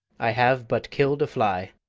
i have but kill'd a fly.